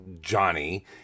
Johnny